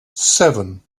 seven